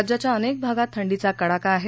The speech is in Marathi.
राज्याच्या अनेक भागात थंडीचा कडाका आहे